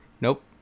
Nope